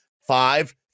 five